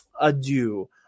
adieu